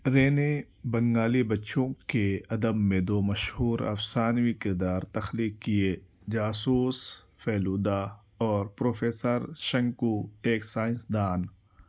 رے نے بنگالی بچوں کے ادب میں دو مشہور افسانوی کردار تخلیق کیے جاسوس فیلودا اور پروفیسر شنکو ایک سائنسدان